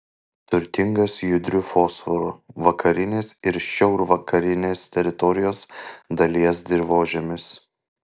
turtingas judriu fosforu vakarinės ir šiaurvakarinės teritorijos dalies dirvožemis